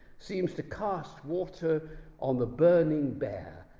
seems to cast water on the burning bear,